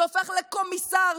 שהופך לקומיסר,